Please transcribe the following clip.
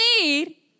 need